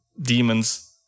demons